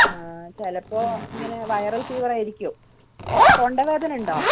ആ ചിലപ്പോൾ ഇങ്ങനെ വൈറൽ ഫീവറായിരിക്കും തൊണ്ടവേദന ഉണ്ടോ